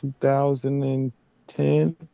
2010